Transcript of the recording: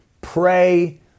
pray